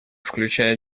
включая